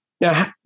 Now